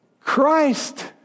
Christ